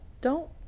Don't-